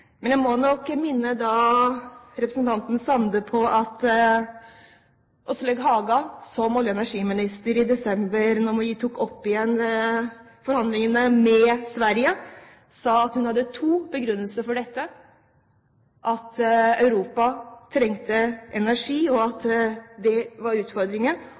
Men jeg må nok minne representanten Sande på at da Åslaug Haga som olje- og energiminister i desember 2007 tok opp igjen forhandlingene med Sverige, sa hun at hun hadde to begrunnelser for dette: at Europa trengte energi, som var utfordringen, og at dette var